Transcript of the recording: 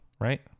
right